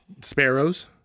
sparrows